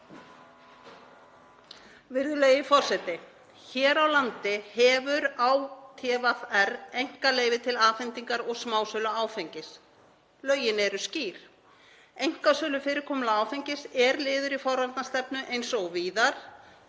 Virðulegi forseti. Hér á landi hefur ÁTVR einkaleyfi til afhendingar og smásölu áfengis. Lögin eru skýr. Einkasölufyrirkomulag áfengis er liður í forvarnastefnu eins og víðar.